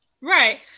Right